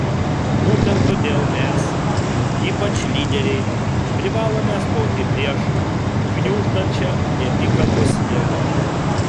būtent todėl mes ypač lyderiai privalome stoti prieš gniuždančią neapykantos jėgą